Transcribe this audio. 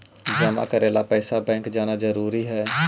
जमा करे ला पैसा बैंक जाना जरूरी है?